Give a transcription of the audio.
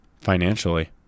financially